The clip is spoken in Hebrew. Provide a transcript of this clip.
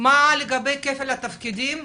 מה לגבי כפל תפקידים?